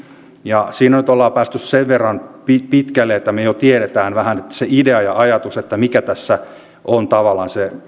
ja siinä nyt ollaan päästy sen verran pitkälle että me jo tiedämme vähän sen idean ja ajatuksen mikä tässä on tavallaan se